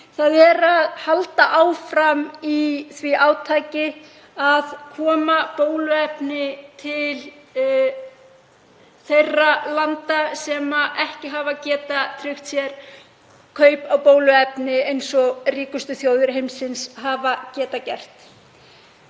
hann, að halda áfram í því átaki að koma bóluefni til þeirra landa sem ekki hafa getað tryggt sér kaup á bóluefni eins og ríkustu þjóðir heimsins hafa getað gert.